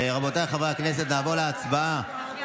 רבותיי חברי הכנסת, נעבור להצבעה.